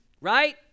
Right